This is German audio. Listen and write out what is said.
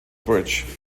bridge